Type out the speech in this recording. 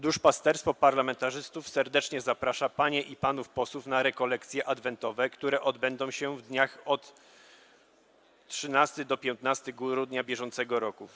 Duszpasterstwo parlamentarzystów serdecznie zaprasza panie i panów posłów na rekolekcje adwentowe, które odbędą się w dniach od 13 do 15 grudnia br.